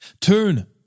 Turn